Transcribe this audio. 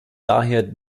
daher